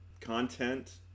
content